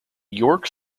yorke